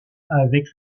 avec